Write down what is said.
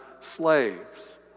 slaves